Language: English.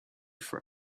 for